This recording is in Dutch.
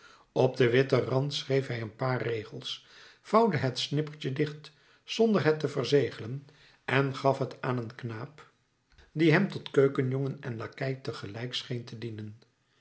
op den witten rand schreef hij een paar regels vouwde het snippertje dicht zonder het te verzegelen en gaf het aan een knaap die hem tot keukenjongen en lakei te gelijk scheen te dienen